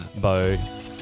Bye